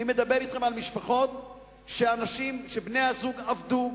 אני מדבר על משפחות שבהן בני-הזוג עבדו,